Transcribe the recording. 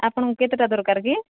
ଆପଣଙ୍କୁ କେତେଟା ଦରକାର କି